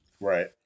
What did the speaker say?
right